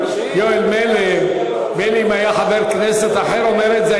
מילא אם היה חבר כנסת אומר את זה,